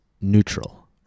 neutral